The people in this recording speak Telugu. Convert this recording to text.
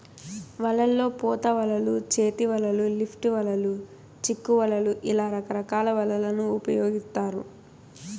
వలల్లో పోత వలలు, చేతి వలలు, లిఫ్ట్ వలలు, చిక్కు వలలు ఇలా రకరకాల వలలను ఉపయోగిత్తారు